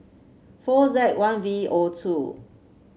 four Z one V O two